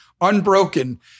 Unbroken